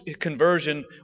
conversion